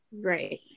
right